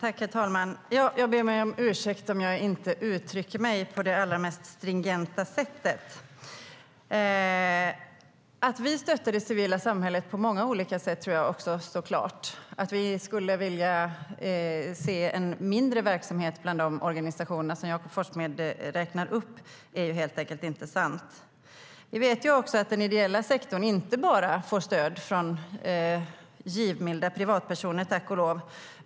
Herr talman! Jag ber om ursäkt om jag inte uttrycker mig på det allra mest stringenta sättet. Vi vet att den ideella sektorn inte bara får stöd från givmilda privatpersoner, tack och lov.